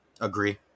Agree